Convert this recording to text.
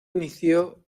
inició